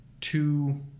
two